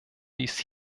dies